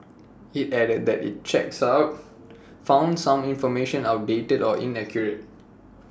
IT added that its checks out found some information outdated or inaccurate